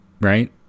right